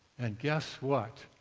and guess what?